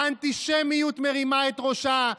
האנטישמיות מרימה את ראשה,